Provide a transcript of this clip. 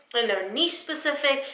and they're niche-specific,